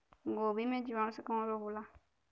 गोभी में जीवाणु से कवन रोग होला?